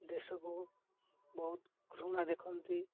ଦେଶକୁ ବହୁତ ଘୃଣା ଦେଖନ୍ତି